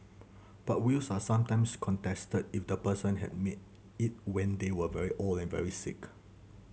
but wills are sometimes contested if the person had made it when they were very old and very sick